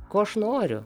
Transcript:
ko aš noriu